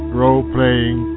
role-playing